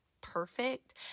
perfect